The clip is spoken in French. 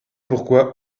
pourquoi